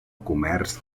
comerç